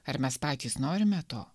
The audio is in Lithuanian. ar mes patys norime to